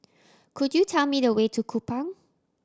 could you tell me the way to Kupang